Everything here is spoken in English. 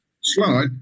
slide